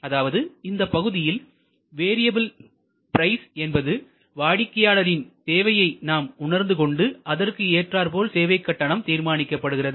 அதாவது இந்த பகுதியில் வேரியபில் பிரைஸ் என்பது வாடிக்கையாளரின் தேவையை நாம் உணர்ந்து கொண்டு அதற்கு ஏற்றார்போல் சேவைக் கட்டணம் தீர்மானிக்கப்படுகிறது